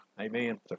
amen